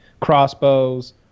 Crossbows